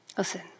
Listen